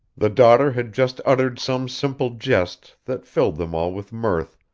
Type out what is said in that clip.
the daughter had just uttered some simple jest that filled them all with mirth,